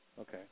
Okay